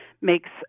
makes